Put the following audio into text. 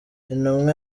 intumwa